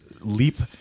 leap